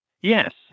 Yes